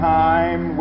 time